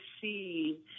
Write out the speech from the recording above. see